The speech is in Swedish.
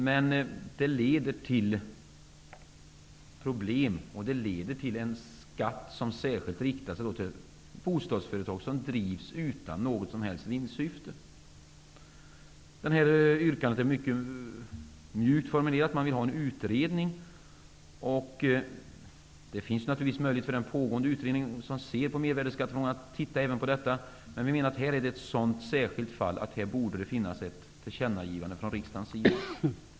Men det leder till problem och till en skatt som särskilt riktar sig till bostadsföretag som drivs utan något som helst vinstsyfte. Yrkandet är mycket mjukt formulerat. Man vill ha en utredning. Det finns naturligtvis möjlighet för den pågående utredning som ser på mervärdesskattefrågorna att titta även på detta, men vi menar att det här är ett sådant särskilt fall att det borde finnas ett tillkännagivande från riksdagens sida.